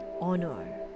Honor